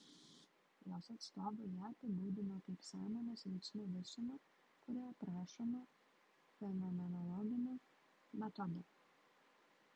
jos atstovai ją apibūdino kaip sąmonės veiksmų visumą kuri aprašoma fenomenologiniu metodu